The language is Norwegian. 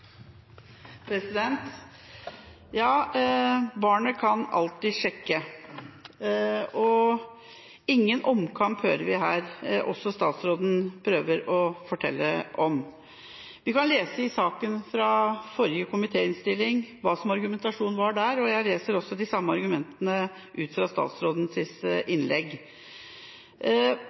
replikkordskifte. Ja, barnet kan alltid sjekke. Ingen omkamp, hører vi her også statsråden prøver å fortelle om. Vi kan lese i saken fra forrige komitéinnstilling hva argumentasjonen var der. Jeg leser de samme argumentene ut fra statsrådens innlegg. Mener statsråden